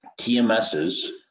TMS's